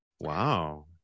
Wow